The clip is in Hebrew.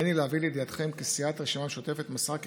הריני להביא לידיעתכם כי סיעת הרשימה המשותפת מסרה כי